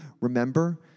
Remember